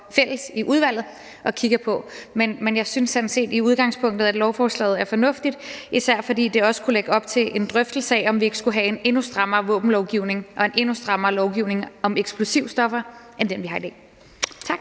fælles i udvalget og kigger på. Men jeg synes sådan set i udgangspunktet, at lovforslaget er fornuftigt, især fordi det også kunne lægge op til en drøftelse af, om vi ikke skulle have en endnu strammere våbenlovgivning og en endnu strammere lovgivning om eksplosivstoffer end den, vi har i dag. Tak.